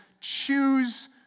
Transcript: choose